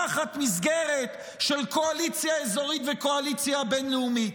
תחת מסגרת של קואליציה אזורית וקואליציה בין-לאומית.